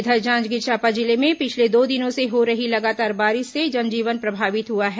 इधर जांजगीर चांपा जिले में पिछले दो दिनों से हो रही लगातार बारिश से जनजीवन प्रभावित हुआ है